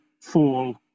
fall